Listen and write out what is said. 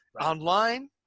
Online